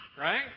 right